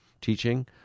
teaching